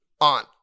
On